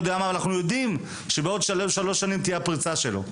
מה ואנחנו יודעים שבעוד שלוש שנים תהיה הפריצה שלו,